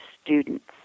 students